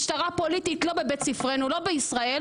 משטרה פוליטית לא בבית ספרנו, לא בישראל.